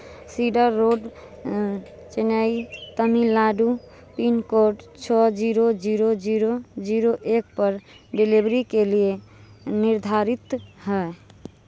cedar Road Chennai Tamil Nadu pin code छः zero zero zero zero एक पर डिलेवरी के लिए निर्धारित है